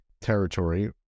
territory